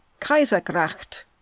Kaisergracht